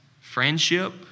friendship